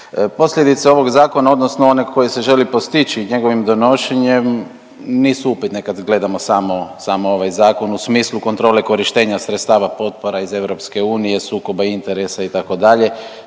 Posljedice ovog zakona odnosno one koji se žele postići njegovim donošenjem nisu upitne kad gledamo samo ovaj zakon u smislu kontrole korištenja sredstava potpora iz EU, sukoba interesa itd.,